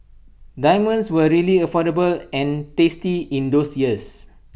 diamonds were really affordable and tasty in those years